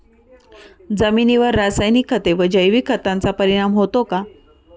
जमिनीवर रासायनिक खते आणि जैविक खतांचा परिणाम होतो का?